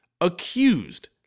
accused